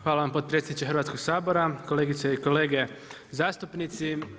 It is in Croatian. Hvala vam potpredsjedniče Hrvatskog sabora, kolegice i kolege zastupnici.